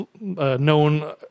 known